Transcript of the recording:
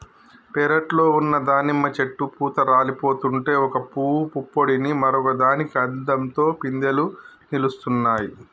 పెరట్లో ఉన్న దానిమ్మ చెట్టు పూత రాలిపోతుంటే ఒక పూవు పుప్పొడిని మరొక దానికి అద్దంతో పిందెలు నిలుస్తున్నాయి